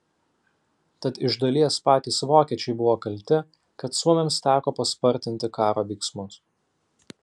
tad iš dalies patys vokiečiai buvo kalti kad suomiams teko paspartinti karo veiksmus